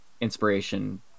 inspiration